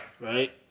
Right